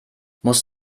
muss